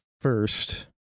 first